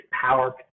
power